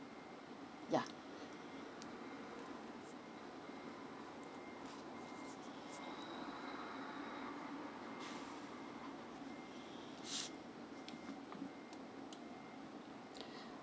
yeah